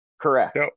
Correct